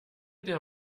der